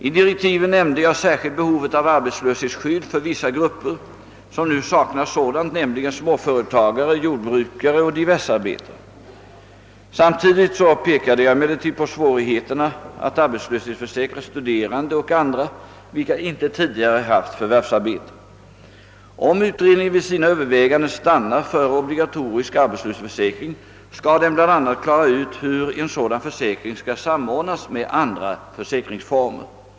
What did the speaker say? I direktiven nämnde jag särskilt behovet av arbetslöshetsskydd för vissa grupper, som nu saknar sådant, nämligen småföretagare, jordbrukare och diversearbetare. Samtidigt pekade jag emellertid på svårigheterna att arbetslöshetsförsäkra studerande och andra, vilka inte tidigare haft förvärvsarbete. Om utredningen vid sina överväganden stannar för obligatorisk arbetslöshetsförsäkring skall den bl.a. klara ut hur en sådan försäkring skall samordnas med andra försäkringsformer.